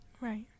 Right